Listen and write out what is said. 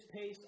pace